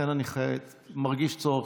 אני שאלתי.